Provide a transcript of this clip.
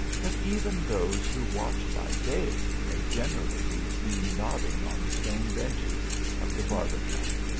that even those who watch by day, may generally be seen nodding on the stone benches of the barbican,